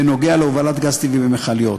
בנוגע להובלת גז טבעי במכליות.